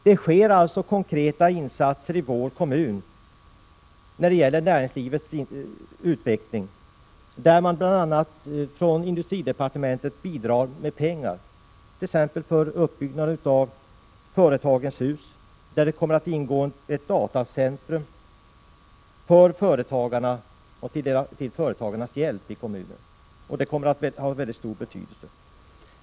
Det sker alltså konkreta insatser i vår kommun för näringslivets utveckling, och bl.a. industridepartementet bidrar med pengar, t.ex. för uppbyggnad av Företagens hus, där det kommer att ingå ett datacentrum till hjälp för företagarna i kommunen. Detta kommer att ha stor betydelse.